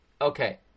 Okay